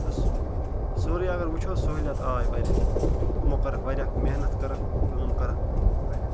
تہٕ سورُے اَگر وُچھو سہوٗلیت آیہِ واریاہ یِمو کٔرٕکھ واریاہ محنت کٔرٕکھ کٲم کٔرٕکھ واریاہ